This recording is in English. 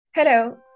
Hello